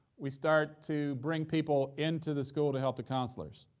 we start to bring people into the school to help the counselors.